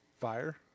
fire